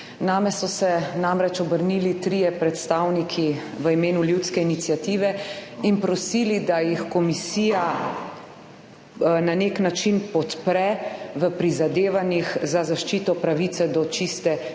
Name so se namreč obrnili trije predstavniki v imenu ljudske iniciative in prosili, da jih komisija na nek način podpre v prizadevanjih za zaščito pravice do čiste pitne